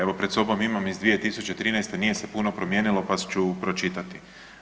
Evo pred sobom imam iz 2013. nije se puno promijenilo pa ću pročitati.